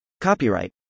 Copyright